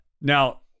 Now